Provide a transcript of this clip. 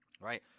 Right